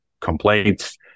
complaints